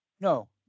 No